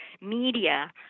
media